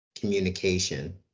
communication